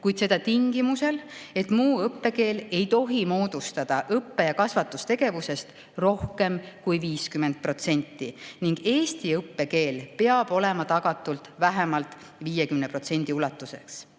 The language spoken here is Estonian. kuid seda tingimusel, et muu õppekeel ei tohi moodustada õppe‑ ja kasvatustegevusest rohkem kui 50% ning eesti õppekeel peab olema tagatud vähemalt 50% ulatuses.